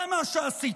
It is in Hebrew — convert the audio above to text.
זה מה שעשיתם.